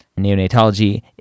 Neonatology